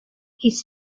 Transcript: his